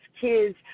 kids